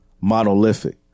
monolithic